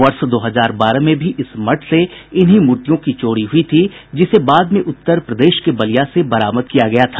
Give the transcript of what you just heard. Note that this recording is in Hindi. वर्ष दो हजार बारह में भी इस मठ से इन्हीं मूर्तियों की चोरी हुई थी जिसे बाद में उत्तर प्रदेश के बलिया से बरामद किया गया था